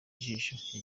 ijisho